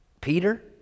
Peter